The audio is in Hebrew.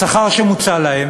השכר שמוצע בהן